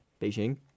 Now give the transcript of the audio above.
Beijing